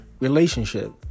relationship